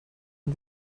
and